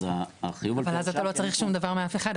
אז החיוב על פי הרשאה --- אבל אז אתה לא צריך שום דבר מאף אחד,